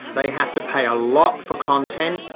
they have to pay a lot for content,